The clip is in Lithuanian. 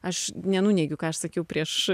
aš nenuneigiu ką aš sakiau prieš